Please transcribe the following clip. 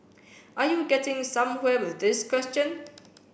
are you getting somewhere with this question